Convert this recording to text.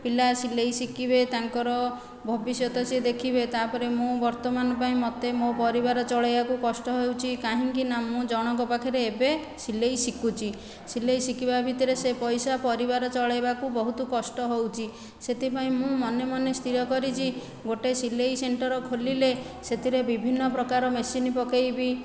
ପିଲା ସିଲେଇ ଶିଖିବେ ତାଙ୍କର ଭବିଷ୍ୟତ ସେ ଦେଖିବେ ତା'ପରେ ମୁଁ ବର୍ତ୍ତମାନ ପାଇଁ ମୋତେ ମୋ' ପରିବାର ଚଳାଇବାକୁ କଷ୍ଟ ହେଉଛି କାହିଁକିନା ମୁଁ ଜଣଙ୍କ ପାଖରେ ଏବେ ସିଲେଇ ଶିଖୁଛି ସିଲେଇ ଶିଖିବା ଭିତରେ ସେ ପଇସା ପରିବାର ଚଳାଇବାକୁ ବହୁତ କଷ୍ଟ ହେଉଛି ସେଥିପାଇଁ ମୁଁ ମନେମନେ ସ୍ଥିର କରିଛି ଗୋଟିଏ ସିଲେଇ ସେଣ୍ଟର ଖୋଲିଲେ ସେଥିରେ ବିଭିନ୍ନ ପ୍ରକାର ମେସିନ ପକାଇବି